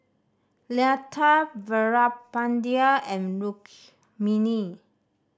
Lata Veerapandiya and mini